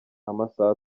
amasaha